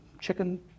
chicken